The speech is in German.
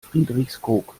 friedrichskoog